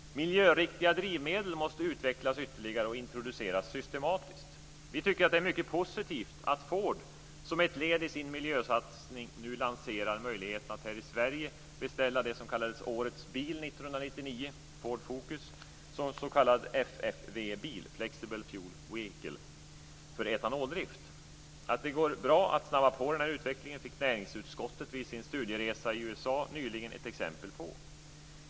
Miljöriktiga drivmedel måste utvecklas ytterligare och introduceras systematiskt. Vi tycker att det är mycket positivt att Ford som ett led i sin miljösatsning nu lanserar möjligheten att här i Sverige beställa vad som kallades Årets bil 1999, Ford Focus, som s.k. FFV-bil, Flexible Fuel Vehicle, för etanoldrift. Att det går bra att snabba på den här utvecklingen fick näringsutskottet vid sin studieresa i USA nyligen ett exempel på.